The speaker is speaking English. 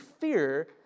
fear